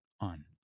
on